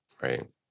Right